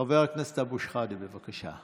חבר הכנסת אבו שחאדה, בבקשה.